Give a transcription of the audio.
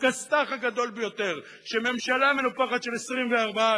הכסת"ח הגדול ביותר שממשלה מנופחת של 24,